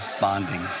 bonding